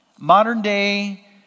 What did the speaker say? Modern-day